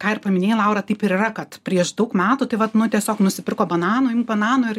ką ir paminėjai laura taip ir yra kad prieš daug metų tai vat nu tiesiog nusipirko bananų imk bananų ir